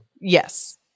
Yes